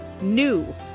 NEW